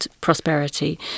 prosperity